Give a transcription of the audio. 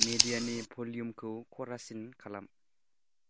मेडियानि भल्युमखौ खरासिन खालाम